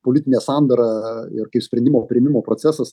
politinę sandarą ir kai sprendimo priėmimo procesas